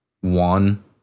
one